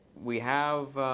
we have